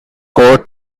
court